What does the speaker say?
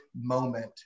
moment